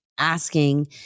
asking